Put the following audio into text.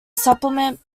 supplement